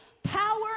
Power